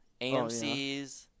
AMCs